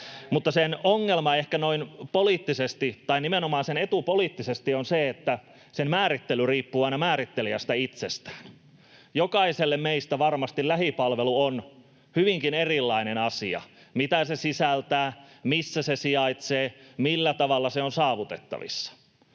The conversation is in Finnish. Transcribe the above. mutta sen ongelma tai ehkä nimenomaan sen etu poliittisesti on se, että sen määrittely riippuu aina määrittelijästä itsestään. Jokaiselle meistä varmasti lähipalvelu on hyvinkin erilainen asia: mitä se sisältää, missä se sijaitsee, millä tavalla se on saavutettavissa?